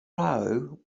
rao